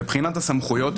מבחינת הסמכויות,